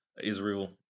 Israel